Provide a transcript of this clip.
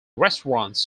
restaurants